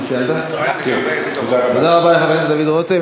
תודה רבה לחבר הכנסת דוד רותם.